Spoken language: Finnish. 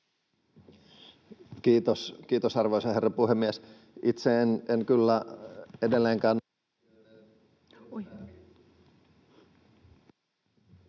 Kiitos, arvoisa herra puhemies! En siis edelleenkään